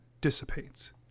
dissipates